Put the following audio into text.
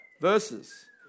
verses